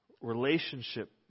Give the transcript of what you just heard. relationship